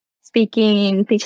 speaking